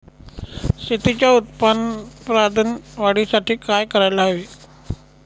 शेतीच्या उत्पादन वाढीसाठी काय करायला हवे?